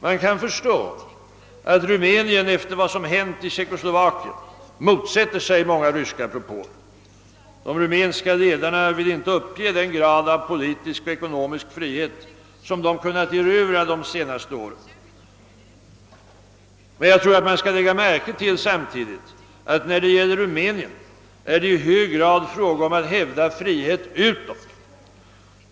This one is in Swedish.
Man kan förstå att Rumänien efter vad som hänt i Tjeckoslovakien motsätter sig många ryska propåer. De rumänska ledarna vill inte uppge den grad av politisk och ekonomisk frihet som de kunnat erövra de senaste åren. Man bör samtidigt lägga märke till att det när det gäller Rumänien i hög grad är fråga om att hävda frihet utåt.